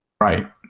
right